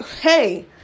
hey